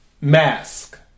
Mask